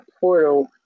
portal